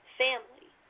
family